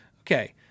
Okay